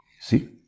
See